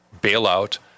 bailout